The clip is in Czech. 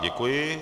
Děkuji.